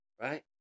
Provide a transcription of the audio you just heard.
Right